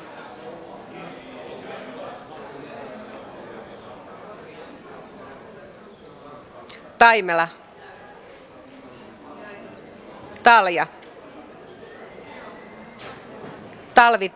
jag ber följande riksdagsledamöter biträda vid